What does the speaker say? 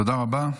תודה רבה.